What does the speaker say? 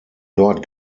dort